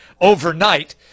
overnight